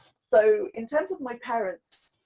so in terms of my parents,